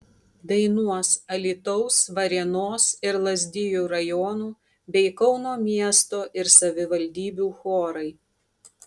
dainuos alytaus varėnos ir lazdijų rajonų bei kauno miesto ir savivaldybių chorai